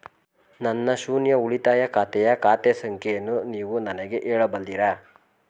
ನನ್ನ ಶೂನ್ಯ ಉಳಿತಾಯ ಖಾತೆಯ ಖಾತೆ ಸಂಖ್ಯೆಯನ್ನು ನೀವು ನನಗೆ ಹೇಳಬಲ್ಲಿರಾ?